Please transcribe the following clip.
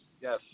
yes